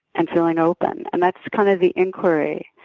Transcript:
i'm feeling open, and that's the kind of the inquiry.